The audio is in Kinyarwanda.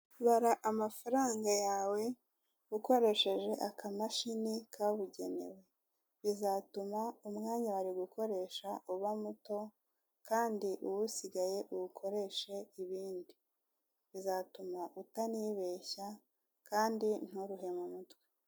Bara amafaranga yawe ukoresheje akamashini kabugenewe. Bizatuma umwanya wari gukoresha uba muto, kandi uwusigaye uwukoreshe ibindi. Bizatuma utanibeshya, kandi nturuhe mutwe.